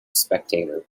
spectator